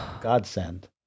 godsend